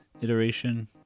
iteration